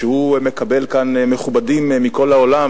שמקבל כאן מכובדים מכל העולם,